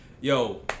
Yo